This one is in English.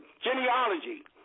genealogy